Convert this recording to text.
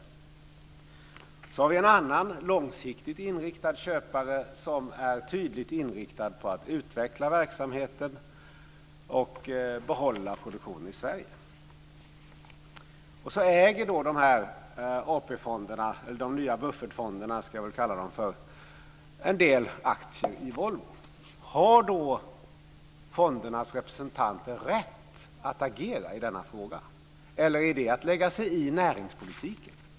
Det finns också en annan, långsiktigt inriktad, köpare som är tydligt inriktad på att utveckla verksamheten och behålla produktionen i Sverige. De nya buffertfonderna äger en del aktier i Volvo. Har då fondernas representanter rätt att agera i frågan? Eller är det att lägga sig i näringspolitiken?